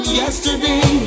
yesterday